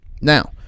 Now